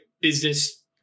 business